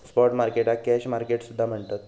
spot मार्केटाक cash market सुद्धा म्हणतत